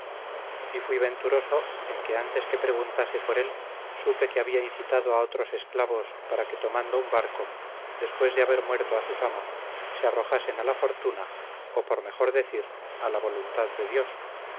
y fuí venturoso en que antes que preguntase por él supe que había incitado a otros esclavos para que tomando un barco después de haber muerto a sus amos se arrojasen a la fortuna o por mejor decir a la voluntad de dios